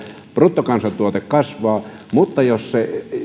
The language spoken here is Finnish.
bruttokansantuote kasvaa mutta jos se